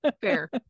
Fair